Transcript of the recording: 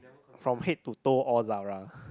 from head to toe all Zara